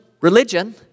religion